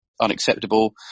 unacceptable